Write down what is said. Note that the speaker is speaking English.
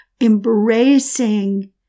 embracing